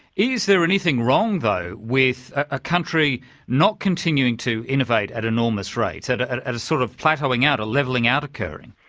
is there anything wrong though with a country not continuing to innovate at enormous rates, at ah and at a sort of plateauing out, a levelling out occurring.